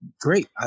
Great